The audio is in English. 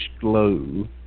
glow